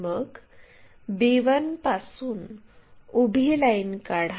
मग b1 पासून उभी लाईन काढा